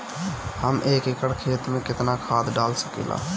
हम एक एकड़ खेत में केतना खाद डाल सकिला?